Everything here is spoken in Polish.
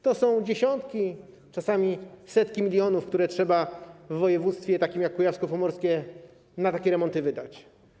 To są dziesiątki, czasami setki milionów, które trzeba w województwie takim jak kujawsko-pomorskie na takie remonty wydać.